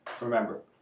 Remember